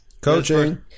Coaching